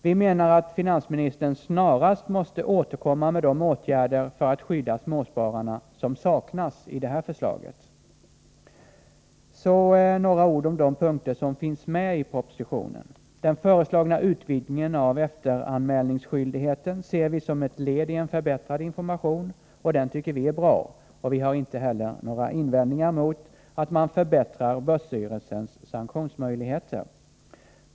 Vi menar att finansministern snarast måste återkomma med de åtgärder för att skydda småspararna som saknas i det här förslaget. Så några ord om de punkter som finns med i propositionen. Den föreslagna utvidgningen av efteranmälningsskyldigheten ser vi som ett led i en förbättrad information, och den tycker vi är bra. Vi har inte heller några invändningar mot att man förbättrar börsstyrelsens sanktionsmöjligheter.